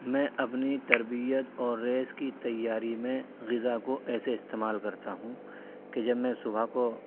میں اپنی تربیت اور ریس کی تیاری میں غذا کو ایسے استعمال کرتا ہوں کہ جب میں صبح کو